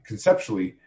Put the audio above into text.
Conceptually